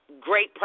great